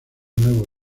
nuevo